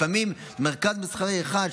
לפעמים מרכז מסחרי אחד,